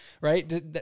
right